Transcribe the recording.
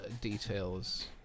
details